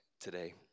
today